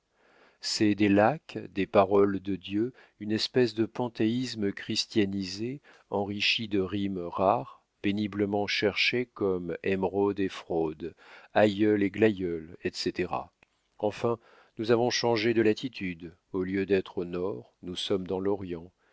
c'est des lacs des paroles de dieu une espèce de panthéisme christianisé enrichi de rimes rares péniblement cherchées comme émeraude et fraude aïeul et glaïeul etc enfin nous avons changé de latitude au lieu d'être au nord nous sommes dans l'orient